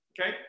okay